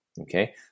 Okay